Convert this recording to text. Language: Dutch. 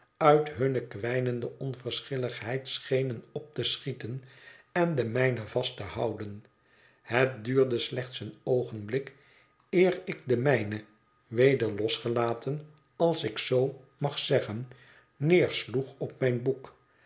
uit hunne kwijnende onverschilligheid schenen op te schieten en de mijne vast te houden het duurde slechts een oogenblik eer ik de mijne weder losgelaten als ik zoo mag zeggen neersloeg op mijn boek